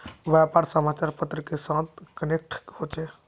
व्यापार समाचार पत्र के साथ कनेक्ट होचे?